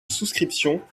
souscription